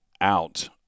out